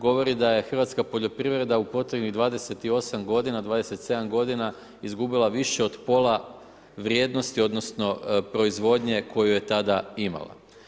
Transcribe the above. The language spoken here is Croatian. Govori da je hrvatska poljoprivreda u posljednjih 28 godina, 27 godina izgubila više od pola vrijednosti, odnosno proizvodnje koju je tada imala.